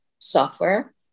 software